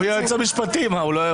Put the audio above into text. הוא היועץ המשפטי, מה, הוא לא יגיב?